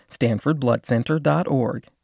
StanfordBloodCenter.org